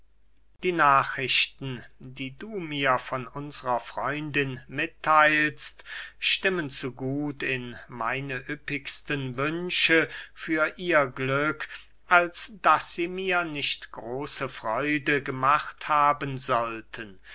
die nachrichten die du mir von unsrer freundin mittheilst stimmen zu gut in meine üppigsten wünsche für ihr glück als daß sie mir nicht große freude gemacht haben sollten